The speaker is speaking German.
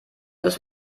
ist